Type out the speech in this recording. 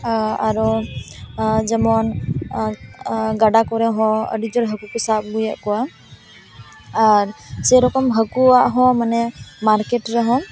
ᱟᱨᱚ ᱡᱮᱢᱚᱱ ᱜᱟᱰᱟ ᱠᱚᱨᱮ ᱦᱚᱸ ᱟᱹᱰᱤ ᱡᱳᱨ ᱦᱟᱹᱠᱩ ᱠᱚ ᱥᱟᱵ ᱟᱹᱜᱩᱭᱮᱫ ᱠᱚᱣᱟ ᱟᱨ ᱥᱮᱨᱚᱠᱚᱢ ᱦᱟᱹᱠᱩᱭᱟᱜ ᱦᱚᱸ ᱢᱟᱱᱮ ᱢᱟᱨᱠᱮᱴ ᱨᱮᱦᱚᱸ